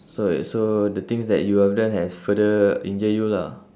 so like so the things that you have done have further injured you lah